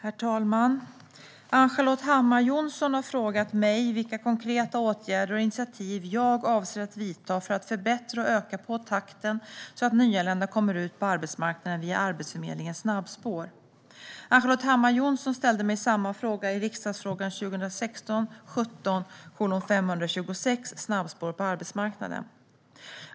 Herr talman! Ann-Charlotte Hammar Johnsson har frågat mig vilka konkreta åtgärder och initiativ jag avser att vidta för att förbättra och öka på takten så att nyanlända kommer ut på arbetsmarknaden via Arbetsförmedlingens snabbspår. Ann-Charlotte Hammar Johnsson ställde mig samma fråga i riksdagsfrågan 2016/17:526 Snabbspår på arbetsmarknaden.